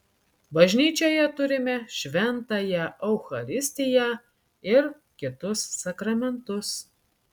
bažnyčioje turime šventąją eucharistiją ir kitus sakramentus